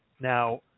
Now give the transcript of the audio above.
Now